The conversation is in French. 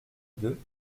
deux